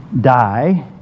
die